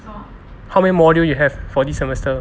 how many module you have for this semester